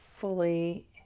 fully